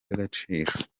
agaciro